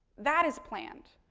that is planned,